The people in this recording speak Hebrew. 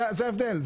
זה ההבדל.